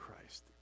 Christ